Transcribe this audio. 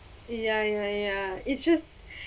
ya ya ya it's just